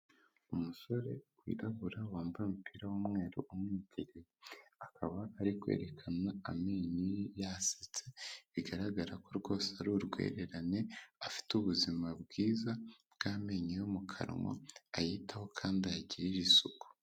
Umusore wirabura wambaye umupira w'umweru umwigereye, akaba ari kwerekana amenyo ye yasetse, bigaragara ko rwose ari urwererane afite ubuzima bwiza bw'amenyo yo mu kanwa ayitaho kandi ayagirira isuku.